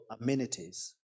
amenities